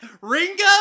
Ringo